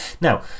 Now